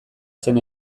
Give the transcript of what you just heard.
zen